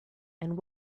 and